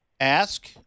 ask